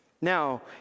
Now